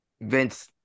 Vince